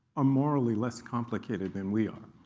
ah morally less complicated than we are,